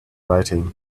writing